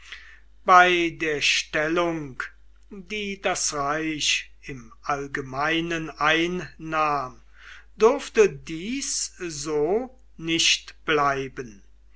bei der stellung die das reich im allgemeinen einnahm durfte dies so nicht bleiben